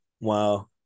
Wow